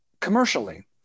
commercially